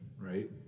right